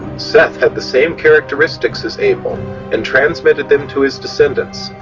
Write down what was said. seth had the same characteristics as abel and transmitted them to his descendants,